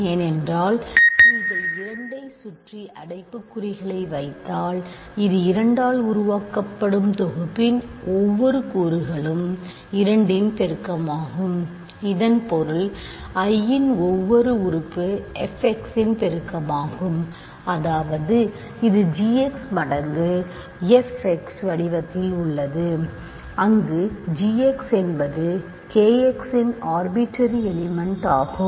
ஏனென்றால் நீங்கள் 2 ஐ சுற்றி அடைப்புக்குறிகளை வைத்தால் இது 2 ஆல் உருவாக்கப்படும் தொகுப்பின் ஒவ்வொரு கூறுகளும் 2 இன் பெருக்கமாகும் இதன் பொருள் I இன் ஒவ்வொரு உறுப்பு f x இன் பெருக்கமாகும் அதாவது இது g x மடங்கு f x வடிவத்தில் உள்ளது அங்கு g x என்பது k x இன் ஆர்பிட்டரி எலிமெண்ட் ஆகும்